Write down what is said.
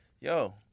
Yo